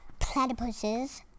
platypuses